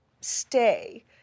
stay